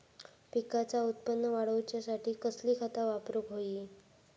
पिकाचा उत्पन वाढवूच्यासाठी कसली खता वापरूक होई?